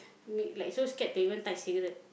make like so scared to even touch cigarette